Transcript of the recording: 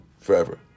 forever